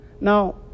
Now